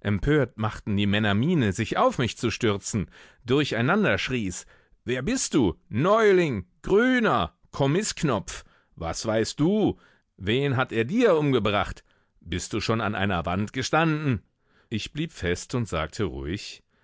empört machten die männer miene sich auf mich zu stürzen durcheinander schrie's wer bist du neuling grüner kommisknopf was weißt du wen hat er dir umgebracht bist du schon an einer wand gestanden ich blieb fest und sagte ruhig